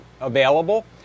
available